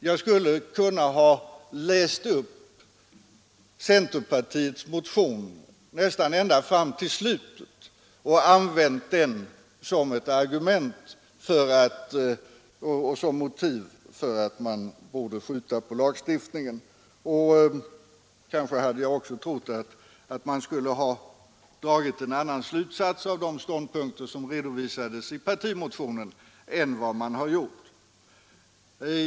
Jag skulle här, som motiv för ett yrkande om att skjuta på lagstiftningen, ha kunnat läsa upp centerpartiets motion nästan ända fram till slutet. Kanske hade jag också trott att centerpartiet skulle dra en annan slutsats av de ståndpunkter som redovisas i partimotionen än man gjort.